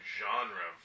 genre